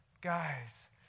Guys